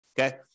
okay